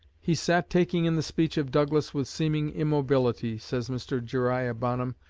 he sat taking in the speech of douglas with seeming immobility, says mr. jeriah bonham,